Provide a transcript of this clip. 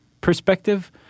perspective